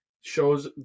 shows